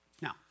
Now